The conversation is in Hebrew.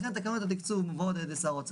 לכן תקנות התקצוב מובאות על ידי שר האוצר